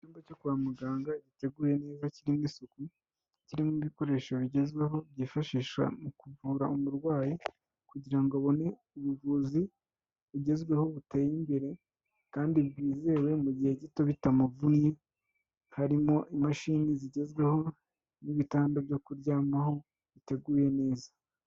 Icyumba cyo kwa muganga giteguye neza, kirimo isuku, kirimo ibikoresho bigezweho byifashisha mu kuvura umurwayi kugira ngo abone ubuvuzi bugezweho, buteye imbere kandi bwizewe mu gihe gito bitamuvunnye, harimo imashini zigezweho n'ibitanda byo kuryamaho, biteguye neza.